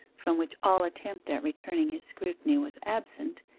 from which all attempt at returning his scrutiny was absent,